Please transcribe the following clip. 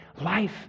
life